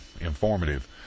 informative